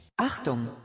Achtung